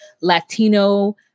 Latino